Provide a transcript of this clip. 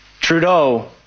Trudeau